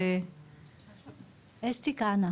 אסתי כהנא